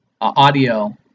audio